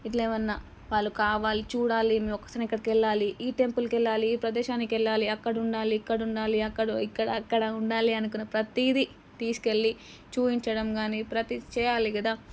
ఇట్లా ఏమన్నా వాళ్ళు కావాలి చూడాలి మేము ఒకసారి అక్కడికెళ్ళాలి ఈ టెంపుల్కెళ్ళాలి ఈ ప్రదేశానికెళ్ళాలి అక్కడుండాలి ఇక్కడుండాలి అక్కడ ఇక్కడ అక్కడ ఉండాలి అనుకునే ప్రతిదీ తీసుకెళ్లి చూపించడం గానీ ప్రతిదీ చెయ్యాలి కదా